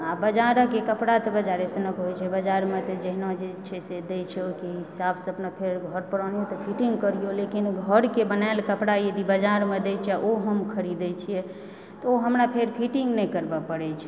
बाजारके कपड़ा तऽ बजारे सनक होइत छै बाजारमे तऽ जहिना जे छै से दए छै ओहिके हिसाबसंँ अपना घर पर आनू तऽ फीटिंग करिऔ लेकिन ओ घरके बनाएल कपड़ा यदि बाजारमे दए छै आ ओ हम खरीदए छियै ओ हमरा फेर फीटिंग नहि करबै पड़ै छै